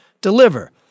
deliver